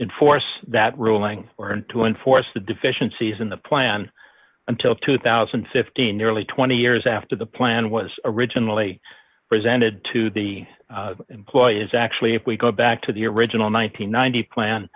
enforce that ruling or to enforce the deficiencies in the plan until two thousand and fifteen nearly twenty years after the plan was originally presented to the employer is actually if we go back to the original nine hundred and ninety plan